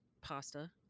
pasta